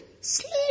sleep